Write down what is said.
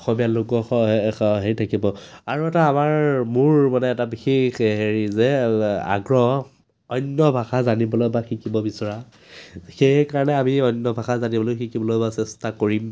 অসমীয়া লোক হেৰি থাকিব আৰু এটা আমাৰ মোৰ মানে এটা বিশেষ হেৰি যে আগ্ৰহ অন্য ভাষা জানিবলৈ বা শিকিব বিচৰা সেইকাৰণে আমি অন্য ভাষা জানিবলৈ শিকিবলৈ বা চেষ্টা কৰিম